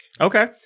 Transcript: Okay